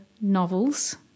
novels